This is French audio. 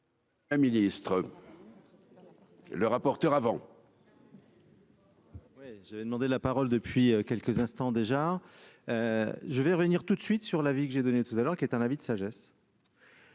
très très mal. Le rapporteur avant. J'avais demandé la parole depuis quelques instants, déjà je vais revenir tout de suite sur la vie que j'ai donné tout à l'heure qu'il est un avis de sagesse.